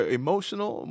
emotional